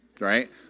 right